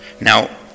Now